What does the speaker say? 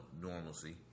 normalcy